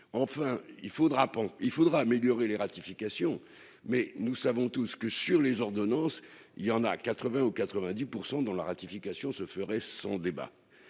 faudra il faudra améliorer les ratifications mais nous savons tous que sur les ordonnances, il y en a 80 ou 90 % dans la ratification se ferait sans débat,